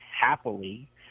happily